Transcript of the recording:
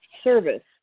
service